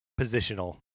Positional